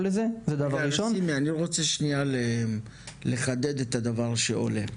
לזה- -- אני רוצה לחדד את הדבר שעולה.